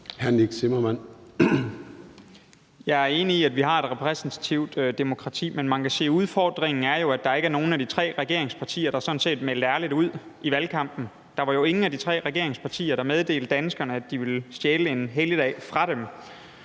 Jeg er enig i, at vi har et repræsentativt demokrati. Men man kan sige, at udfordringen jo er, at der ikke var nogen af de tre regeringspartier, der sådan set meldte ærligt ud i valgkampen. Der var jo ingen af de tre regeringspartier, der meddelte danskerne, at de ville stjæle en helligdag fra dem.